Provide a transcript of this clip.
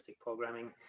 programming